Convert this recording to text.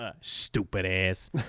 stupid-ass